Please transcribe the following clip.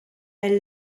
elle